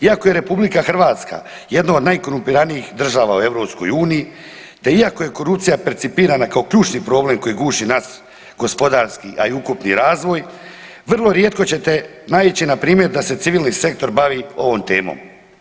Iako je RH jedno od najkorumpiranijih država u EU te iako je korupcija percipirana kao ključni problem naš gospodarski, a i ukupni razvoj, vrlo rijetko ćete naići na primjer da se civilni sektor bavi ovom temom.